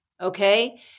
okay